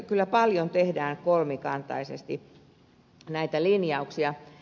kyllä paljon tehdään kolmikantaisesti näitä linjauksia